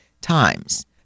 times